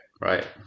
right